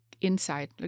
inside